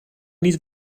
niet